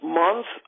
month